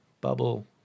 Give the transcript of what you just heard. bubble